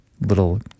little